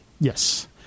Yes